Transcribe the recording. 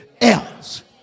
else